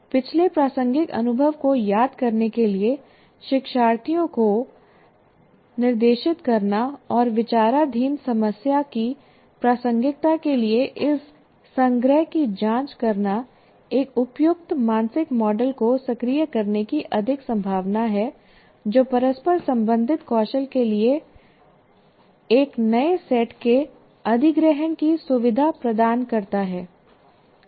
पिछले प्रासंगिक अनुभव को याद करने के लिए शिक्षार्थियों को निर्देशित करना और विचाराधीन समस्या की प्रासंगिकता के लिए इस संग्रह की जाँच करना एक उपयुक्त मानसिक मॉडल को सक्रिय करने की अधिक संभावना है जो परस्पर संबंधित कौशल के एक नए सेट के अधिग्रहण की सुविधा प्रदान करता है